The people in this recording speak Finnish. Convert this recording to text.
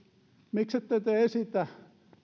miksette te esitä